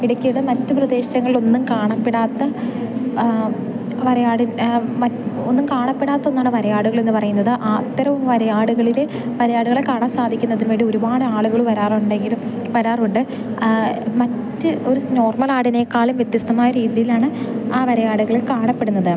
ഇടുക്കിയുടെ മറ്റു പ്രദേശങ്ങളിലൊന്നും കാണപ്പെടാത്ത വരയാടിനെ ഒന്നും കാണപ്പെടാത്ത ഒന്നാണ് വരയാടുകളെന്നു പറയുന്നത് അത്തരം വരയാടുകളിൽ വരയാടുകളെ കാണാൻ സാധിക്കുന്നതിനുവേണ്ടി ഒരുപാട് ആളുകൾ വരാറുണ്ടെങ്കിലും വരാറുണ്ട് മറ്റ് ഒരു നോർമൽ ആടിനേക്കാളും വ്യത്യസ്ഥമായ രീതിയിലാണ് ആ വരയാടുകളെ കാണപ്പെടുന്നത്